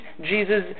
Jesus